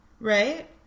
Right